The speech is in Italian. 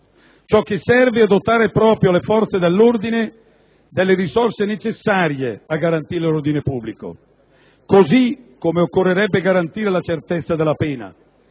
Ciò che serve è dotare proprio le forze dell'ordine delle risorse necessarie a garantire l'ordine pubblico, così come occorrerebbe garantire la certezza della pena,